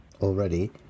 already